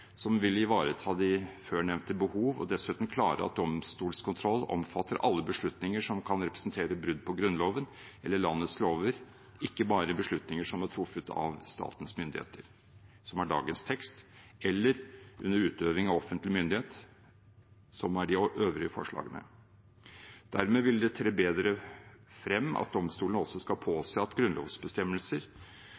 som vil ivareta de ovennevnte behov og dessuten klargjøre at domstolskontroll omfatter alle beslutninger som kan representere brudd på Grunnloven eller landets lover – ikke bare beslutninger som er truffet av «statens myndigheter», som er dagens tekst, eller under utøving av offentlig myndighet, som er de øvrige forslagene. Dermed vil det tre bedre frem at domstolene også skal